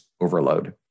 overload